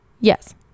Yes